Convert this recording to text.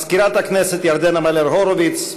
מזכירת הכנסת ירדנה מלר-הורוביץ,